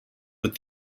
with